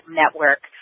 network